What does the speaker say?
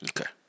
Okay